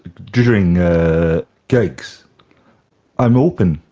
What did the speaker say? during gigs i'm open.